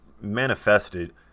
manifested